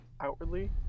outwardly